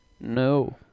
No